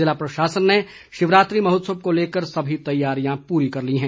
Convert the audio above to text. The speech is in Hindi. ज़िला प्रशासन ने शिवरात्रि महोत्सव को लेकर सभी तैयारियां पूरी कर ली हैं